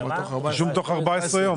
רשום תוך 14 יום.